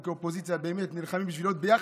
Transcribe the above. כי אנחנו כאופוזיציה נלחמים באמת בשביל להיות ביחד.